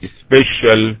special